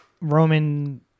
Roman